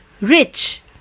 rich